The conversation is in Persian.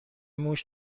موش